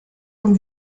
von